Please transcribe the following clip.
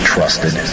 Trusted